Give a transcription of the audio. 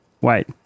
Wait